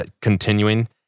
continuing